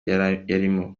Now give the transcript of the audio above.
yarimo